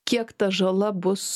kiek ta žala bus